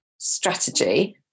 strategy